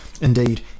Indeed